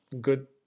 good